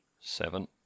Seven